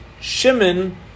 Shimon